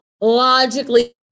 Logically